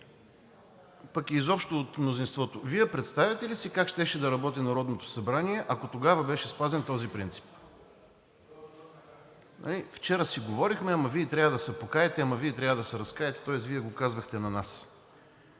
пък и изобщо от мнозинството, Вие представяте ли си как щеше да работи Народното събрание, ако тогава беше спазен този принцип? Вчера си говорихме: „Ама Вие трябва да се покаете, ама Вие трябва да се разкаете“, тоест Вие го казвахте на нас.